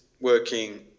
working